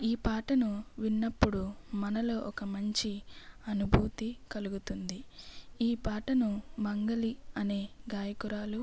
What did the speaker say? ఈ పాటను విన్నపుడు మనలో ఒక మంచి అనుభూతి కలుగుతుంది ఈ పాటను మంగ్లీ అనే గాయకురాలు